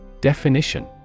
Definition